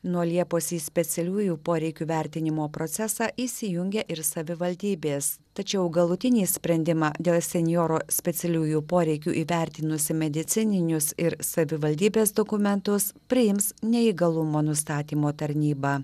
nuo liepos į specialiųjų poreikių vertinimo procesą įsijungia ir savivaldybės tačiau galutinį sprendimą dėl senjoro specialiųjų poreikių įvertinusi medicininius ir savivaldybės dokumentus priims neįgalumo nustatymo tarnyba